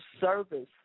service